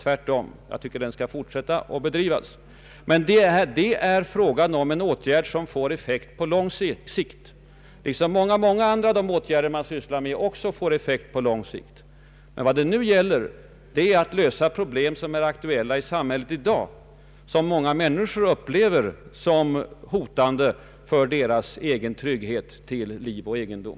Tvärtom, denna humanisering bör fortsätta. Men det är en åtgärd som får effekt på lång sikt, liksom många andra av de åtgärder man sysslar med också får effekt på lång sikt. Vad som nu gäller är att lösa problem som är aktuella i samhället i dag och som många människor upplever som hot mot deras egen trygghet till liv och egendom.